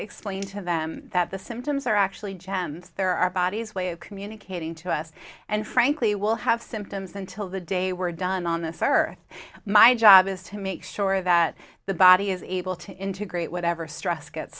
explain to them that the symptoms are actually gems they're our body's way of communicating to us and frankly we'll have symptoms until the day we're done on this earth my job is to make sure that the body is able to integrate whatever stress get